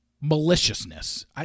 maliciousness